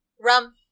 Rum